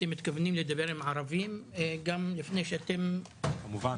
אתם מתכוונים לדבר עם ערבים לפני שאתם --- כמובן.